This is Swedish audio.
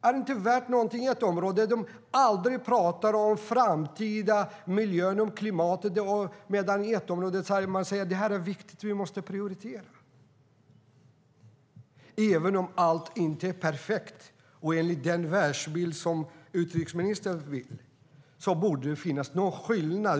I ett område talar man aldrig om den framtida miljön och klimatet medan man i ett annat område säger att det är något viktigt som vi måste prioritera. Även om inte allting är perfekt och enligt den världsbild som utrikesministern vill ha borde det finnas någon skillnad.